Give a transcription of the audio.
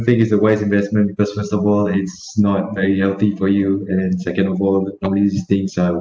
think it's a wise investment because first of all it's not very healthy for you and then second of all all these things are